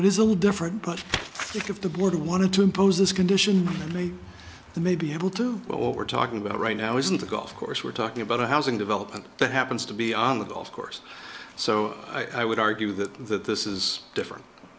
it is a little different but if the board wanted to impose this condition and meet the may be able to what we're talking about right now isn't a golf course we're talking about a housing development that happens to be on the golf course so i would argue that that this is different